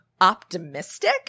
Optimistic